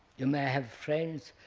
you may have friends,